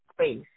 space